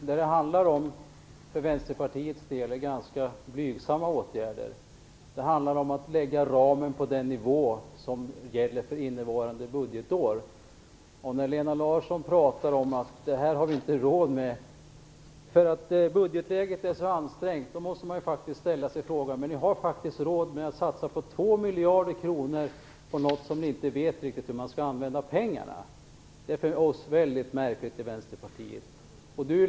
Herr talman! För Vänsterpartiets del handlar det om ganska blygsamma åtgärder. Det handlar om att lägga ramen på den nivå som gäller för innevarande budgetår. Lena Larsson pratar om att vi inte har råd med detta för att budgetläget är så ansträngt. Men ni har råd att satsa 2 miljarder kronor på något där ni inte riktigt vet hur man skall använda pengarna. Det är för oss i Vänsterpartiet mycket märkligt.